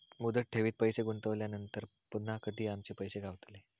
मुदत ठेवीत पैसे गुंतवल्यानंतर पुन्हा कधी आमचे पैसे गावतले?